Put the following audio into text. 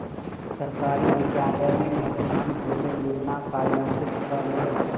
सरकारी विद्यालय में मध्याह्न भोजन योजना कार्यान्वित कयल गेल